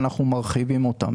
ואנחנו מרחיבים אותם,